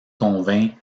convainc